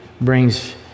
brings